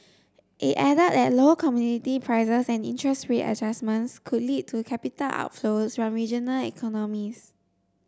it added that low commodity prices and interest rate adjustments could lead to capital outflows from regional economies